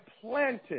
planted